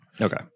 okay